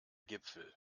gipfel